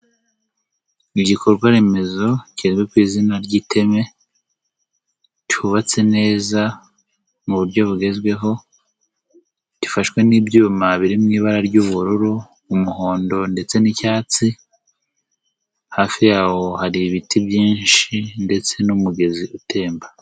Igikorwa remezo kizwi ku izina ry'iteme, cyubatse neza, mu buryo bugezweho, gifashwe n'ibyuma biri mu ibara ry'ubururu, umuhondo ndetse n'icyatsi, hafi yawo hari ibiti byinshi ndetse n'umugezi utemba.